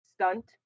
Stunt